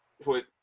put